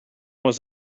was